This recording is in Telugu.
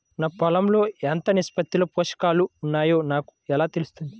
నా పొలం లో ఎంత నిష్పత్తిలో పోషకాలు వున్నాయో నాకు ఎలా తెలుస్తుంది?